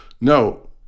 No